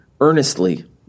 earnestly